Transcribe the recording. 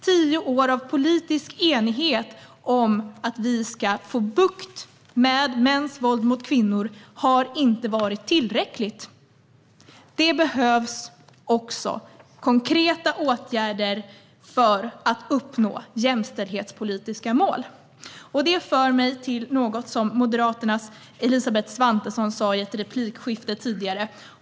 Tio år av politisk enighet om att vi ska få bukt med mäns våld mot kvinnor har inte varit tillräckligt. Det behövs också konkreta åtgärder för att uppnå jämställdhetspolitiska mål. Detta för mig till något som Moderaternas Elisabeth Svantesson sa i ett replikskifte tidigare.